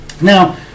Now